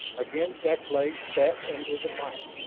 again deklay spat into the fire.